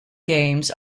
games